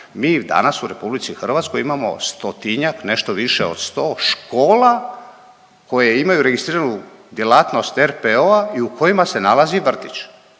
mi danas u RH imamo 100-tinjak, nešto više od 100 škola koje imaju registriranu djelatnost RPOO-a i u kojima se nalazi vrtić,